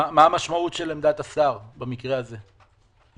מה המשמעות של עמדת השר במקרה הזה מבחינתכם?